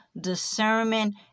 discernment